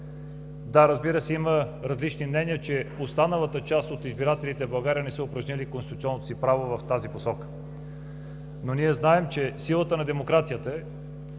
Да, разбира се, има различни мнения, че останалата част от избирателите не са упражнили конституционното си право в тази посока. Но ние знаем, че силата на демокрацията